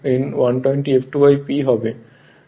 এখন F2 P ns n 20 হবে